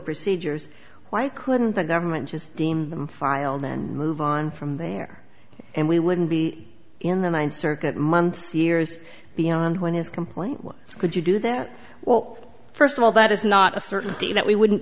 procedures why couldn't the government just deem them filed and move on from there and we wouldn't be in the ninth circuit months years beyond when his complaint was could you do that well first of all that is not a certainty that we wouldn't